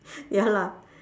ya lah